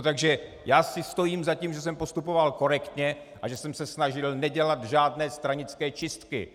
Takže já si stojím za tím, že jsem postupoval korektně a že jsem se snažil nedělat žádné stranické čistky.